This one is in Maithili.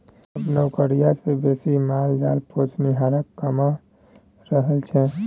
आब नौकरिया सँ बेसी माल जाल पोसनिहार कमा रहल छै